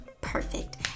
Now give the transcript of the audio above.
Perfect